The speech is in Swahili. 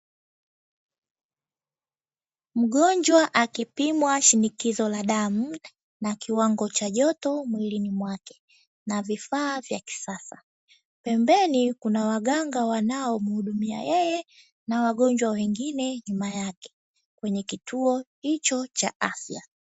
Mgonjwa akipimwa shinikizo la damu, na kiwango cha joto mwilini mwake na vifaa vya kisasa. Pembeni kuna waganga wanao mhudumia yeye na wagonjwa wengine nyuma yake, kwenye kituo hicho cha afya.